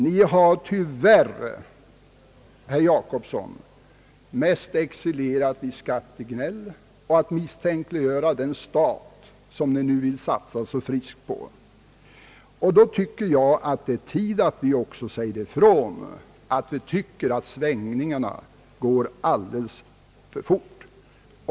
Ni har tyvärr, herr Per Jacobsson, mest excellerat i skattegnäll och i försök att misstänkliggöra den stat som ni nu vill satsa så friskt på. Jag tycker då att det är tid för oss att säga ifrån att vi tycker att svängningarna går alldeles för fort.